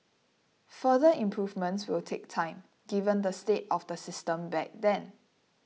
further improvements will take time given the state of the system back then